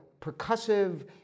percussive